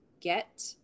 get